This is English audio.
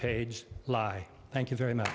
page lie thank you very much